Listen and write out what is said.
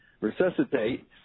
resuscitate